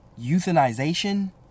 Euthanization